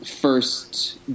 first